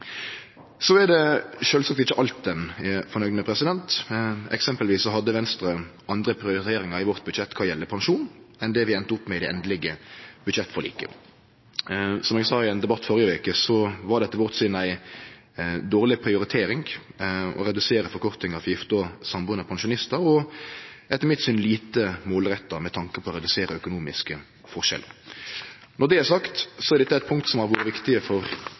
Så er det sjølvsagt ikkje alt ein er fornøgd med. Eksempelvis hadde Venstre andre prioriteringar i budsjettet vårt når det gjeld pensjon, enn det vi enda opp med i det endelege budsjettforliket. Som eg sa i ein debatt førre veka, var det etter vårt syn ei dårleg prioritering å redusere avkortinga for gifte og sambuande pensjonistar – etter mitt syn lite målretta med tanke på å redusere økonomiske forskjellar. Når det er sagt, er dette eit punkt som har vore viktig for